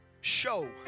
show